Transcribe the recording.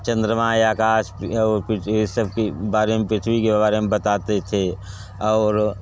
चंद्रमा या आकाश और पृथ्वी इन सब के बारे में पृथ्वी के बारे में बताते थे और